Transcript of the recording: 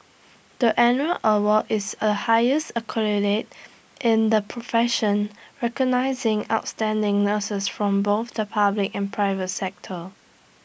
the annual award is A highest accolade in the profession recognising outstanding nurses from both the public and private sector